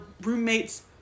roommates